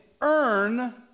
earn